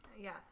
Yes